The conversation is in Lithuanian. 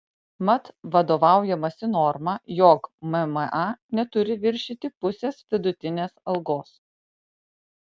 mat vadovaujamasi norma jog mma neturi viršyti pusės vidutinės algos